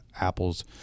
Apple's